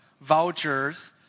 vouchers